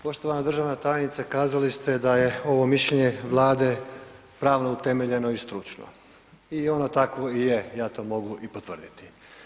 Poštovana državna tajnice kazali ste da je ovo mišljenje Vlade pravno utemeljeno i stručno i ono takvo i je, ja to mogu i potvrditi.